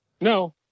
No